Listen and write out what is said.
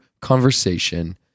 conversation